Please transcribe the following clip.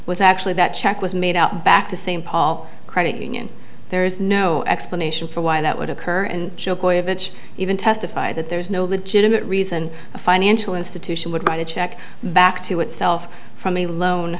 was actually that check was made out back to st paul credit union there is no explanation for why that would occur and jo koy a bitch even testified that there is no legitimate reason a financial institution would write a check back to itself from a loan